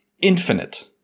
infinite